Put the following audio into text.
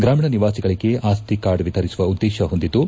ಗ್ರಾಮೀಣ ನಿವಾಸಿಗಳಿಗೆ ಆಸ್ತಿ ಕಾರ್ಡ್ ವಿತರಿಸುವ ಉದ್ದೇಶ ಹೊಂದಿದ್ದು